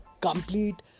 complete